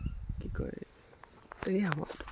কি কয় এইয়ে হ'ব